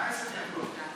עשר דקות?